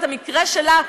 ואת המקרה שלה,